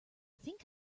think